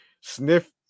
sniff